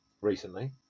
recently